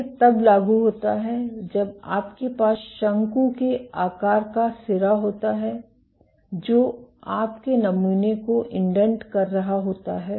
यह तब लागू होता है जब आपके पास शंकु के आकार का सिरा होता है जो आपके नमूने को इंडेंट कर रहा होता है